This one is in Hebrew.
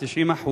ל-90%,